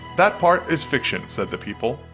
that part is fiction, said the people.